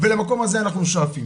ולמקום הזה אנחנו שואפים.